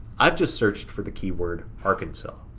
i've just searched for the keyword arkansas.